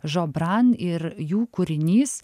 žobran ir jų kūrinys